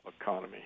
economy